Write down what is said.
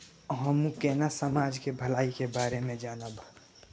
हमू केना समाज के भलाई के बारे में जानब?